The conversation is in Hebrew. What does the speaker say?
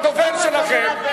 למה אתה עושה,